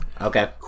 okay